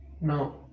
No